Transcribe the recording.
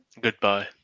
Goodbye